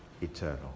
eternal